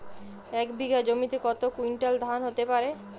এক বিঘা জমিতে কত কুইন্টাল ধান হতে পারে?